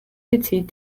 petits